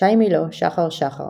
שי מילוא, שחר שחר,